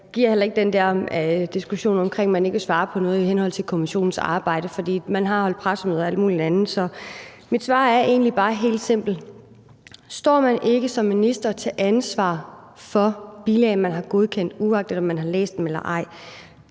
jeg gider heller ikke den der diskussion omkring, at man ikke vil svare på noget i henhold til kommissionens arbejde, for man har holdt pressemøder og alt muligt andet. Så mit spørgsmål er egentlig bare helt simpelt: Står man ikke som minister til ansvar for bilag, man har godkendt, uagtet man har læst dem eller ej?